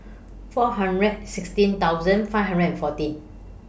four hundred sixteen thousand five hundred and fourteen